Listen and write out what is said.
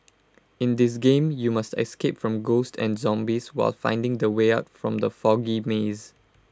in this game you must escape from ghosts and zombies while finding the way out from the foggy maze